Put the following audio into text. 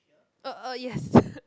uh uh yes